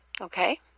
Okay